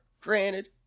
granted